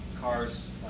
Cars